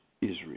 Israel